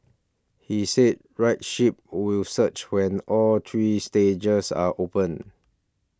he said rideship will surge when all three stages are open